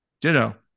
Ditto